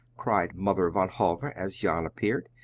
cried mother van hove as jan appeared.